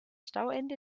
stauende